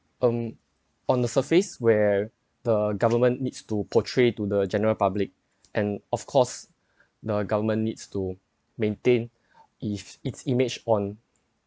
um on the surface where the government needs to portray to the general public and of course the government needs to maintain if its image on